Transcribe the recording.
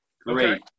Great